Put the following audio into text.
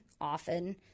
often